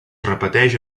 repeteix